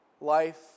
Life